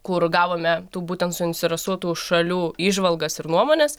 kur gavome tų būtent suinseresuotų šalių įžvalgas ir nuomones